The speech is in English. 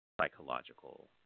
psychological